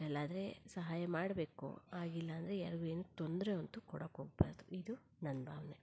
ಕೈಲಾದರೆ ಸಹಾಯ ಮಾಡಬೇಕು ಆಗಿಲ್ಲ ಅಂದರೆ ಯಾರಿಗೂ ಏನು ತೊಂದರೆ ಅಂತೂ ಕೊಡೋಕೆ ಹೋಗ್ಬಾರ್ದು ಇದು ನನ್ನ ಭಾವನೆ